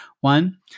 One